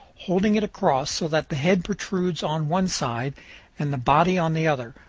holding it across, so that the head protrudes on one side and the body on the other,